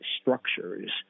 structures